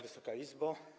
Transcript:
Wysoka Izbo!